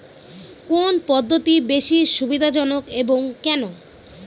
কোন পদ্ধতি বেশি সুবিধাজনক এবং কেন?